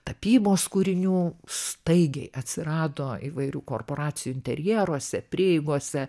tapybos kūrinių staigiai atsirado įvairių korporacijų interjeruose prieigose